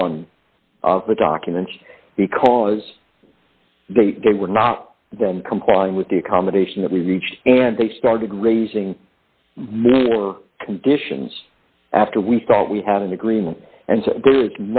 one of the documents because they were not complying with the accommodation that we reached and they started raising more conditions after we thought we had an agreement and there